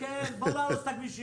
כן, בואו נהרוס את הכבישים.